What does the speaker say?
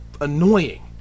annoying